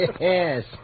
Yes